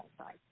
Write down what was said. outside